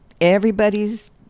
everybody's